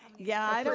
yeah,